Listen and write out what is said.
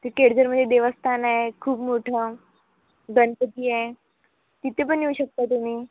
ते केळझरमध्ये देवस्थान आहे खूप मोठं गणपती आहे तिथे पण येऊ शकता तुम्ही